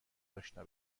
اشنا